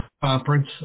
conference